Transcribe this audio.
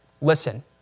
Listen